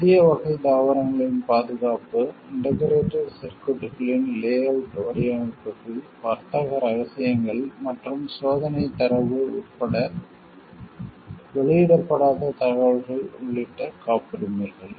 புதிய வகை தாவரங்களின் பாதுகாப்பு இன்டெக்ரேட்டட் சர்க்யூட்களின் லே அவுட் வடிவமைப்புகள் வர்த்தக ரகசியங்கள் மற்றும் சோதனை தரவு உட்பட வெளியிடப்படாத தகவல்கள் உள்ளிட்ட காப்புரிமைகள்